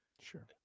Sure